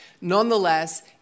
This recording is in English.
nonetheless